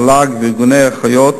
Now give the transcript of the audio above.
המל"ג וארגוני האחיות